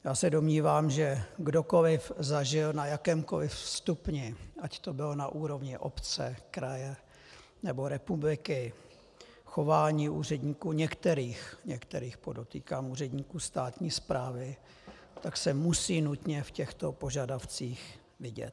Já se domnívám, že kdokoliv zažil na jakémkoliv stupni, ať to bylo na úrovni obce, kraje nebo republiky, chování úředníků některých, podotýkám státní správy, tak se musí nutně v těchto požadavcích vidět.